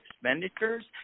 expenditures